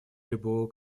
любого